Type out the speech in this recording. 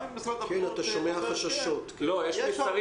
יש מסרים